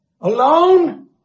Alone